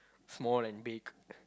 small and big